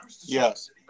Yes